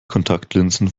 kontaktlinsen